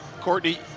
Courtney